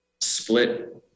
split